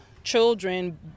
children